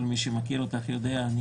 כל מי שמכיר אותך יודע,